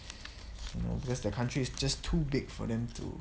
you know because the country is just too big for them to